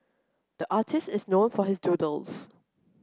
the artists is known for his doodles